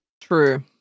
True